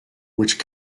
which